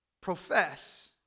Profess